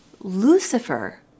Lucifer